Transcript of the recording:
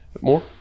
More